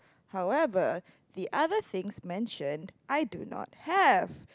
however the other things mentioned I do not have